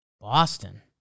Boston